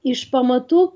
iš pamatų